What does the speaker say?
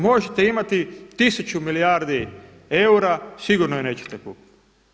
Možete imati tisuću milijardi eura, sigurno je nećete kupiti.